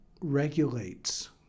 regulates